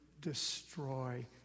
destroy